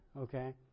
Okay